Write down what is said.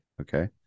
okay